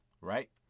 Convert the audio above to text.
right